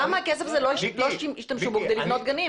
למה לא השתמשו בכסף הזה כדי לקנות גנים?